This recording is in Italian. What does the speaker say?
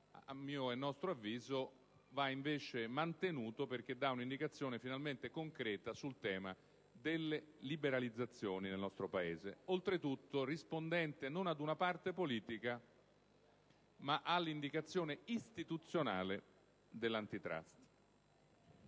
a nostro avviso va invece mantenuto perché dà un'indicazione finalmente concreta sul tema delle liberalizzazioni nel nostro Paese. Oltretutto è rispondente non ad una parte politica ma all'indicazione istituzionale dell'*Antitrust*.